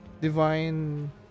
divine